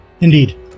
Indeed